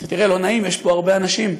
אמרתי: תראה, לא נעים, יש פה הרבה אנשים,